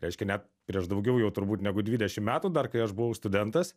reiškia net prieš daugiau jau turbūt negu dvidešim metų dar kai aš buvau studentas